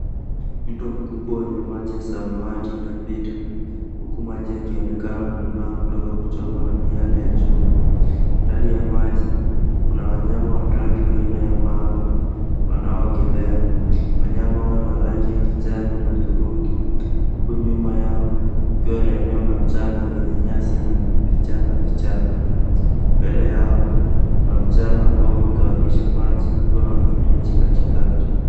Mto mkubwa wenye maji ya samawati inapita, huku maji yakionekana kung'aa kutoka kuchomwa na miale ya jua. Ndani ya maji kuna wanyama watatu wa aina ya mamba wanaoogelea. Wanyama hawa ni wa rangi ya kijani na hudhurungi, huku nyuma yao kukiwa na eneo la mchanga lenye nyasi na vichaka, vichaka. Mbele yao kuna mchanga ambao umegawanisha maji kukiwa na mfereji katikati.